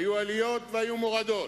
היו עליות והיו מורדות,